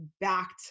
backed